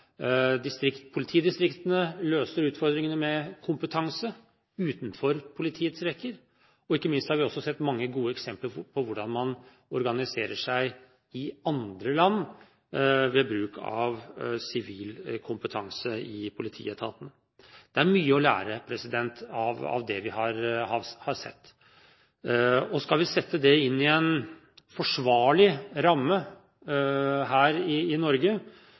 politidistriktene løser utfordringene med kompetanse utenfor politiets rekker, og ikke minst har vi også sett mange gode eksempler på hvordan man organiserer seg i andre land ved bruk av sivil kompetanse i politietaten. Det er mye å lære av det vi har sett. Og skal vi sette det inn i en forsvarlig ramme her i Norge,